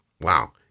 Wow